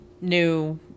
new